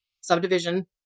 subdivision